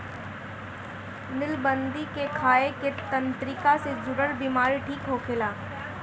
निलबदरी के खाए से तंत्रिका से जुड़ल बीमारी ठीक होखेला